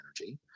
energy